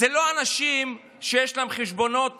אלה לא אנשים שיש להם חשבונות